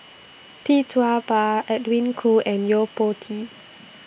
Tee Tua Ba Edwin Koo and Yo Po Tee